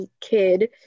kid